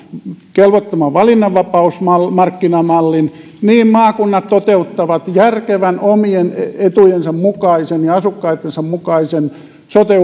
kelvottoman valinnanvapaus markkinamallin niin maakunnat toteuttavat järkevän omien etujensa mukaisen ja asukkaittensa etujen mukaisen sote